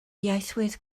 ieithwedd